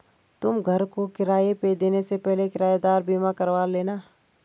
तुम घर को किराए पे देने से पहले किरायेदार बीमा करवा लेना